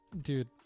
Dude